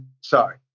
sorry